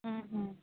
ਹੂੰ ਹੂੰ